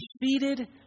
defeated